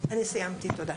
תודה.